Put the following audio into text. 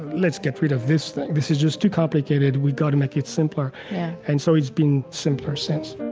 let's get rid of this thing. this is just too complicated. we've got make it simpler. yeah and so, it's been simpler since